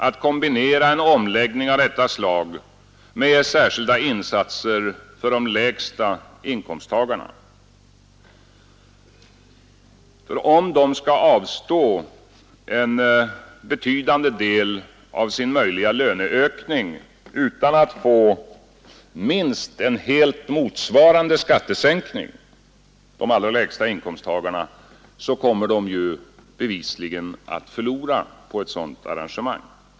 Ty om de allra lägsta inkomsttagarna skall avstå en betydande del av sin möjliga löneökning utan att få minst en motsvarande skattesänkning kommer de ju bevisligen att förlora på arrangemanget.